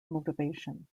motivation